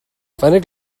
faint